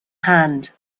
hand